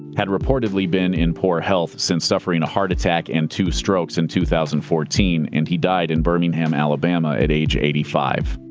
had reportedly been in poor health since suffering a heart attack and two strokes in two thousand and fourteen, and he died in birmingham, alabama at age eighty five.